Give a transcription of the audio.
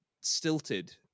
stilted